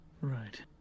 Right